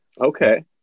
Okay